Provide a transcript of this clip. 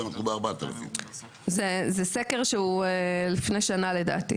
אנחנו עם 4,000. לדעתי זה סקר מלפני שנה.